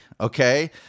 okay